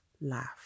laugh